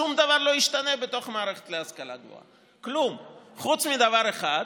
שום דבר לא ישתנה בתוך מערכת ההשכלה הגבוהה חוץ מדבר אחד,